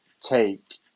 take